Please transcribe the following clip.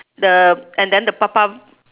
the and then the papa